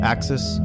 Axis